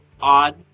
odd